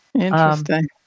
Interesting